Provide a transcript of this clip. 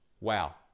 Wow